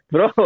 Bro